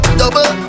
double